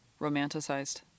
romanticized